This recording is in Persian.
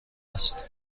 است